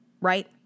right